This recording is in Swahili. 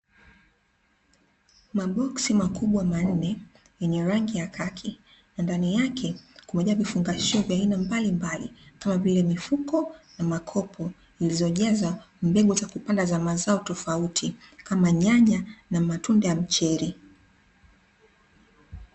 Maboksi makubwa manne yenye rangi ya kaki na ndani yake kumejaa vifungashio vya aina mbalimbali kama vile mifuko na makopo, zilizojaza mbegu za kupanda za mazao tofauti kama nyanya na matunda ya mcheri.